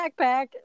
backpack